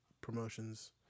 promotions